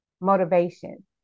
motivation